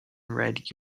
red